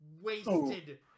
wasted